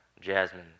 jasmine